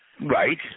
Right